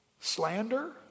slander